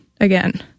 again